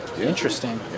Interesting